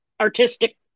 artistic